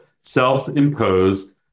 Self-Imposed